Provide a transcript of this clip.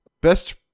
best